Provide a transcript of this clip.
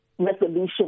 resolution